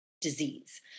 disease